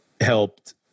helped